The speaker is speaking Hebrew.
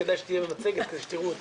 כדאי שתהיה במצגת כדי שתראו אותה.